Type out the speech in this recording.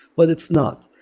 but it's not,